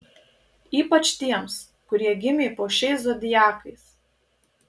ypač tiems kurie gimė po šiais zodiakais